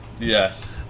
Yes